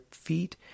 feet